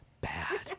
bad